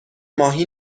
ماهی